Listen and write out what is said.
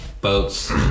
boats